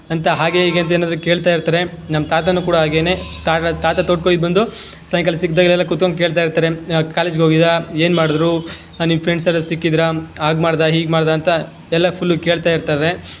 ಅಂತ ಹಾಗೇ ಹೀಗೆ ಅಂತ ಏನಾದ್ರೂ ಕೇಳ್ತಾ ಇರ್ತಾರೆ ನಮ್ಮ ತಾತನು ಕೂಡ ಹಾಗೇನೇ ತಾತ ತಾತ ತೋಟ್ಕೆ ಹೋಗಿದ್ ಬಂದು ಸಾಯಂಕಾಲ ಸಿಕ್ಕಿದಾಗಲೆಲ್ಲ ಕೂತ್ಕೊಂಡು ಕೇಳ್ತಾ ಇರ್ತಾರೆ ಕಾಲೇಜ್ಗೆ ಹೋಗಿದ್ಯ ಏನು ಮಾಡಿದ್ರೂ ನಿಮ್ಮ ಫ್ರೆಂಡ್ಸ್ ಎಲ್ಲ ಸಿಕ್ಕಿದ್ರಾ ಹಾಗ್ ಮಾಡ್ದಾ ಹೀಗೆ ಮಾಡ್ದಾ ಅಂತ ಎಲ್ಲ ಫುಲ್ ಕೇಳ್ತಾ ಇರ್ತಾರೆ